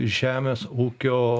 žemės ūkio